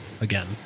again